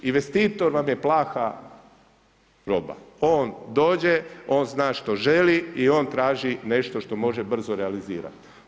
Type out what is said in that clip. Investitor vam je plaha roba, on dođe, on zna što želi i on traži nešto što može brzo realizirati.